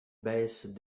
baisse